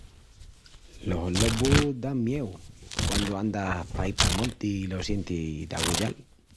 Los lobus dan mieu quandu andas paí pal monti i los sientis d'agullal.